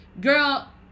Girl